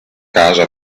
casa